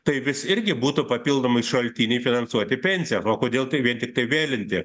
tai vis irgi būtų papildomai šaltiniai finansuoti pensijas o kodėl tai vien tiktai vėlinti